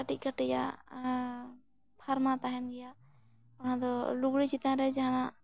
ᱠᱟᱹᱴᱤᱡ ᱠᱟᱹᱴᱤᱡᱟᱜ ᱯᱷᱟᱨᱢᱟ ᱛᱟᱦᱮᱱ ᱜᱮᱭᱟ ᱚᱱᱟᱫᱚ ᱞᱩᱜᱽᱲᱤᱜ ᱪᱮᱛᱟᱱ ᱨᱮ ᱡᱟᱦᱟᱱᱟᱜ